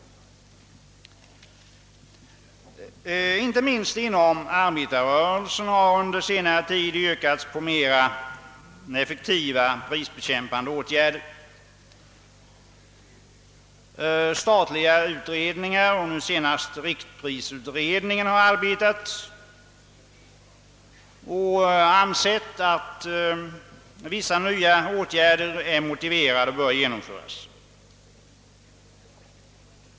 Inte minst inom arbetarrörelsen har under senare tid yrkats på mera effektiva prisdämpande åtgärder. utredningen, har arbetat med dessa frågor och ansett att vissa nya åtgärder är motiverade och bör genomföras.